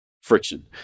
friction